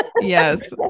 Yes